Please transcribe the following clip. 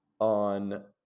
on